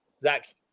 Zach